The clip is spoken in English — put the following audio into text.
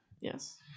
Yes